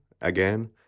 Again